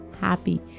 happy